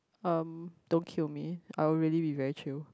um don't kill me I will really be very chill